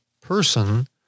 person